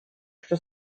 что